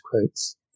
quotes